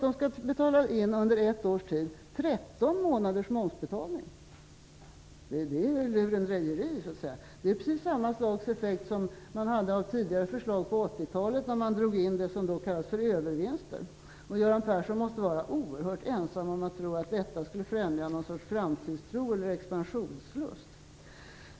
De skall under ett års tid betala in 13 månaders momsbetalningar. Det är ju lurendrejeri. Det är precis samma sak som under 80-talet när man drog in det som kallades för övervinster. Göran Persson måste vara oerhört ensam om att tro att detta skulle förbättra framtidstro och expansionslust.